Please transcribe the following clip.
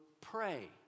pray